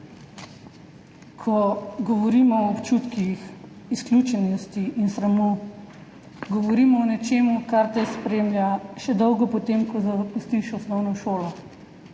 Ko govorimo o občutkih izključenosti in sramu, govorimo o nečem, kar te spremlja še dolgo potem, ko zapustiš osnovno šolo.